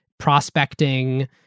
Prospecting